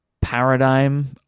paradigm